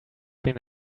been